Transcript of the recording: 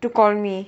to call me